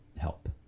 help